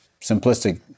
simplistic